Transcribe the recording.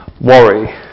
worry